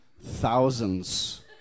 thousands